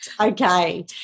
okay